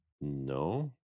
no